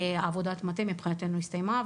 עבודת המטה מבחינתנו הסתיימה,